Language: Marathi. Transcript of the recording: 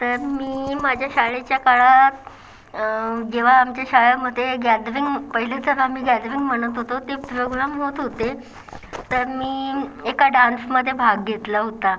तर मी माझ्या शाळेच्या काळात जेव्हा आमच्या शाळेमध्ये गॅदरिंग पहिले तर आम्ही गॅदरिंग म्हणत होतो ते प्रोग्राम होत होते तर मी एका डान्समध्ये भाग घेतला होता